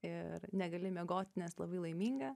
ir negali miegot nes labai laiminga